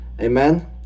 Amen